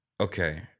Okay